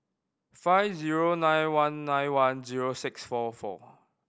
five zero nine one nine one zero six four four